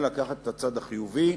אלא לקחת את הצד החיובי,